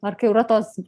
ar kai yra tos